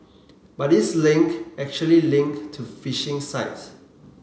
but these link actually link to phishing sites